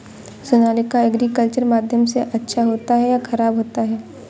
Sonalika agriculture माध्यम से अच्छा होता है या ख़राब होता है?